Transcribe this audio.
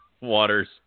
waters